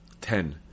Ten